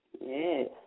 Yes